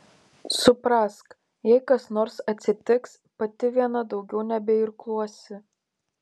suprask jei kas nors atsitiks pati viena daugiau nebeirkluosi